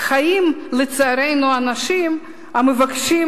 חיים, לצערנו, אנשים המבקשים